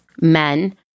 men